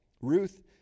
Ruth